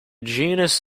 genus